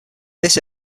this